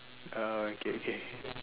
uh okay okay